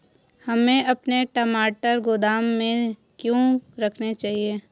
हमें अपने टमाटर गोदाम में क्यों रखने चाहिए?